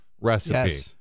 recipe